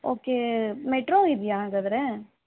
okay metro ಇದೆಯ ಹಾಗಾದ್ರೆ